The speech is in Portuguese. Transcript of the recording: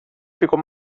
ficou